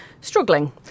struggling